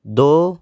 ਦੋ